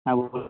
হ্যাঁ বলুন